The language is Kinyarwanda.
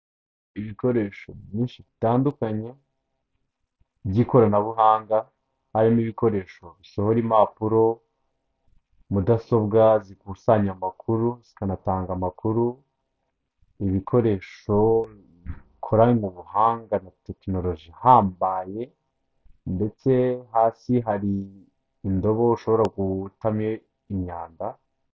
Ibikoresho byinshi bitandukanye by'ikoranabuhanga harimo ibikoresho bisohora impapuro ,mudasobwa zikusanya amakuru zikanatanga amakuru, ibikoresho korana buhanga na tekinoloji ihambaye ndetse hasi hari indobo ushobora gutamo imyanda.